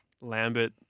Lambert